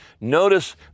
Notice